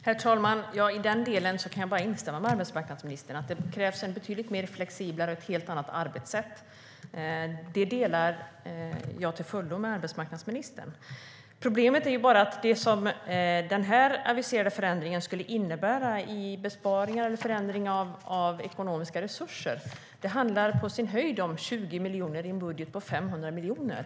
Herr talman! Jag kan bara instämma i den delen. Det krävs betydligt mer flexibilitet och ett helt annat arbetssätt. Den synen delar jag till fullo med arbetsmarknadsministern. Problemet är bara att den aviserade förändringen skulle innebära besparingar på och förändring av ekonomiska resurser på 20 miljoner, på sin höjd, i en budget på 500 miljoner.